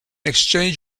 exchange